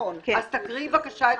אין הערות.